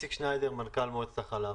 איציק שניידר, מנכ"ל מועצת החלב.